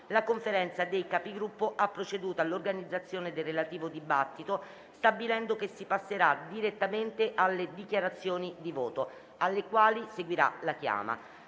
la Conferenza dei Capigruppo ha proceduto all'organizzazione del relativo dibattito, stabilendo che si passerà direttamente alle dichiarazioni di voto, alle quali seguirà la chiama.